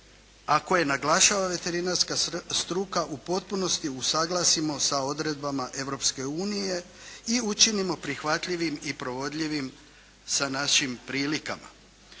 koje naglašava veterinarska struka u potpunosti usuglasimo sa odredbama Europske unije i učinimo prihvatljivim i provodivim sa našim prilikama.